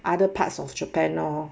other parts of japan lor